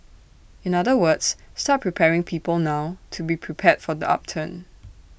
in other words start preparing people now to be prepared for the upturn